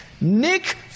Nick